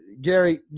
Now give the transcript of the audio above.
Gary